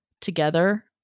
together